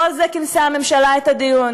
לא על זה כינסה הממשלה את הדיון.